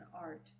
art